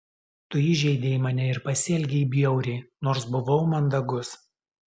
tu įžeidei mane ir pasielgei bjauriai nors buvau mandagus